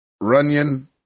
Runyon